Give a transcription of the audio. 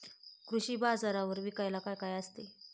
कृषी बाजारावर विकायला काय काय असते?